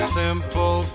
simple